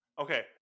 Okay